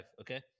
okay